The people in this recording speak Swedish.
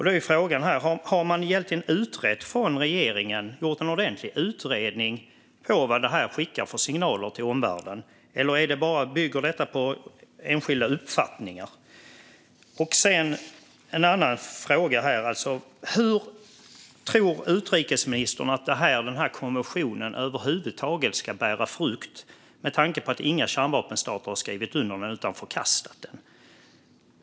Då är frågan: Har man egentligen från regeringens sida gjort en ordentlig utredning av vad detta skickar för signaler till omvärlden, eller bygger detta bara på enskilda uppfattningar? Och så en annan fråga: Hur tror utrikesministern att den här konventionen över huvud taget ska kunna bära frukt med tanke på att inga kärnvapenstater har skrivit under den utan har förkastat den?